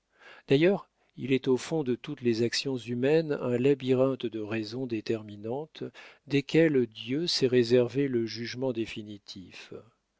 d'ailleurs il est au fond de toutes les actions humaines un labyrinthe de raisons déterminantes desquelles dieu s'est réservé le jugement définitif